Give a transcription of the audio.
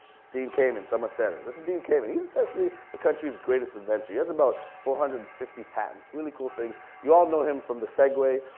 dean kamen, someone said it. this is dean kamen, he's essentially the countries greatest inventor. he has about four hundred and fifty patents, really cool things. you all know him from the segway.